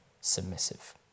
submissive